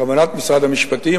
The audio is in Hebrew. כוונת משרד המשפטים,